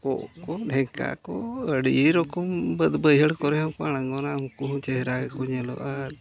ᱠᱚᱸᱜ ᱠᱚ ᱰᱷᱮᱠᱟ ᱠᱚ ᱟᱹᱰᱤ ᱨᱚᱠᱚᱢ ᱵᱟᱹᱫᱽ ᱵᱟᱹᱭᱦᱟᱹᱲ ᱠᱚᱨᱮ ᱦᱚᱸᱠᱚ ᱟᱬᱜᱚᱱᱟ ᱩᱱᱠᱩ ᱦᱚᱸ ᱪᱮᱦᱨᱟ ᱜᱮᱠᱚ ᱧᱮᱞᱚᱜᱼᱟ